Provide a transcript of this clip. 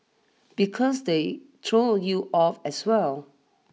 because they throws you off as well